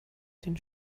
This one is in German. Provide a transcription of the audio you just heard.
den